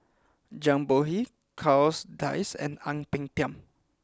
Zhang Bohe Charles Dyce and Ang Peng Tiam